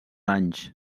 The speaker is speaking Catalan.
anys